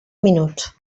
minuts